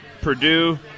Purdue